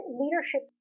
leadership